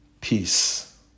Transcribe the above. peace